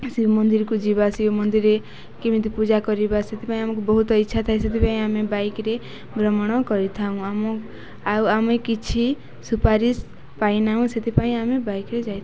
ସେ ମନ୍ଦିରକୁ ଯିବା ସେ ମନ୍ଦିରରେ କେମିତି ପୂଜା କରିବା ସେଥିପାଇଁ ଆମକୁ ବହୁତ ଇଚ୍ଛା ଥାଏ ସେଥିପାଇଁ ଆମେ ବାଇକ୍ରେ ଭ୍ରମଣ କରିଥାଉ ଆମ ଆଉ ଆମେ କିଛି ସୁପାରିଶ ପାଇନାହୁଁ ସେଥିପାଇଁ ଆମେ ବାଇକ୍ରେ ଯାଇଥାଉ